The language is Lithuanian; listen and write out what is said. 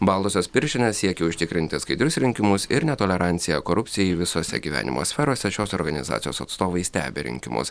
baltosios pirštinės siekia užtikrinti skaidrius rinkimus ir netoleranciją korupcijai visose gyvenimo sferose šios organizacijos atstovai stebi rinkimus